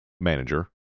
manager